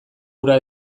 ura